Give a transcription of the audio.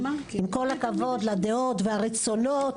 כי עם כל הכבוד לדעות והרצונות,